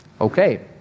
Okay